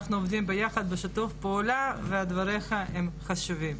אנחנו עובדים ביחד ובשיתוף פעולה ודבריך הם חשובים.